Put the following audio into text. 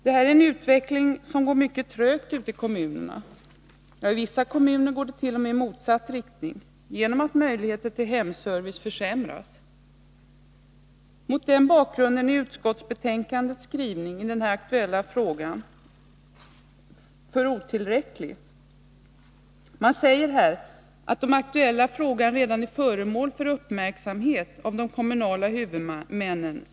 Utvecklingen på det här området går mycket trögt ute i kommunerna. I vissa kommuner går den t.o.m. i motsatt riktning genom att möjligheterna till hemservice försämras. Mot den bakgrunden är skrivningen i utskottsbetänkandet otillräcklig. Utskottet säger att de aktuella frågorna redan är föremål för uppmärksamhet av de kommunala huvudmännen.